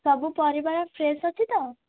ସବୁ ପରିବା ଫ୍ରେସ୍ ଅଛି ତ